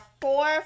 four